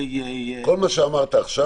כל מה שאמרת עכשיו